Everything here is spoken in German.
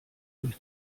durch